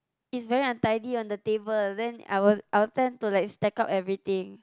it's very untidy on the table then I will I will tend to like stack up everything